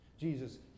Jesus